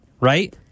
right